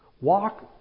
Walk